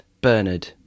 Bernard